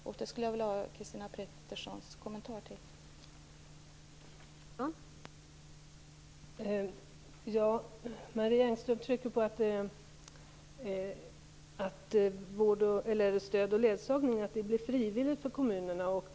Jag skulle vilja ha Christina Pettersons kommentar till det.